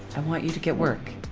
i want you to get work.